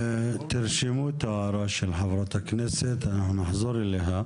תרשמו את ההערה של חברת הכנסת, אנחנו נחזור אליה.